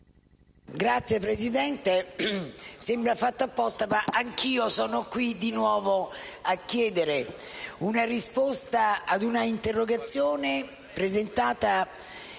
Signor Presidente, sembra fatto apposta ma anch'io sono qui di nuovo a chiedere una risposta ad una interrogazione con carattere